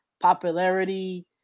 popularity